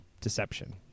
deception